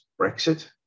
Brexit